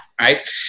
right